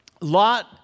Lot